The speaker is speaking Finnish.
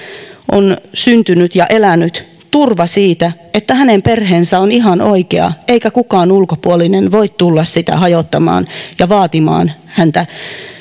on syntynyt ja perheessä elänyt turva siitä että hänen perheensä on ihan oikea eikä kukaan ulkopuolinen voi tulla sitä hajottamaan ja vaatimaan häntä